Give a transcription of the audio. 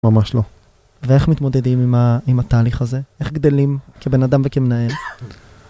ממש לא. ואיך מתמודדים עם התהליך הזה? איך גדלים כבן אדם וכמנהל?